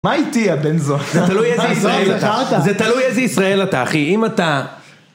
מה איתי הבן זו? זה תלוי איזה ישראל אתה, זה תלוי איזה ישראל אתה אחי, אם אתה...